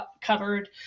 covered